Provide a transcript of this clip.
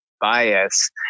bias